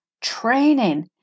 Training